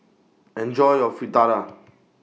Enjoy your Fritada